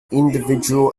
individual